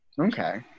okay